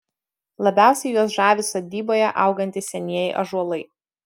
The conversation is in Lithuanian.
labiausiai juos žavi sodyboje augantys senieji ąžuolai